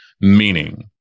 meaning